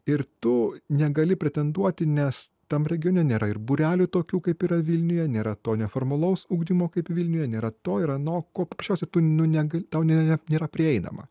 ir tu negali pretenduoti nes tam regione nėra ir būrelių tokių kaip yra vilniuje nėra to neformalaus ugdymo kaip vilniuje nėra to ir anoks ko paprasčiausiai nu neg tau ne ne nėra prieinama